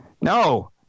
No